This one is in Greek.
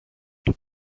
του